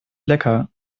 lecker